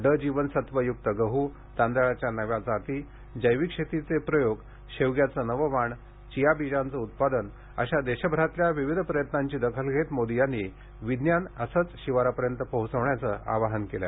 ड जीवनसत्वयुक्त गहू तांदळाच्या नव्या जाती जैविक शेतीचे प्रयोग शेवग्याचं नवं वाण चिया बीजांचं उत्पादन अशा देशभरातल्या विविध प्रयत्नांची दखल घेत मोदी यांनी विज्ञान असंच शिवारापर्यंत पोहोचवण्याचं आवाहन केलं